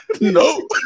no